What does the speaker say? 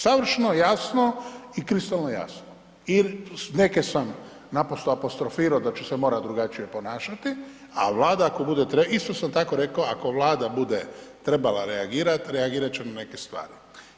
Savršeno jasno i kristalno jasno i neke sam naprosto apostrofirao da ću se morati drugačije ponašati, a Vlada ako bude, isto sam tako rekao ako Vlada bude trebala reagirati, reagirati ćemo neke stvari.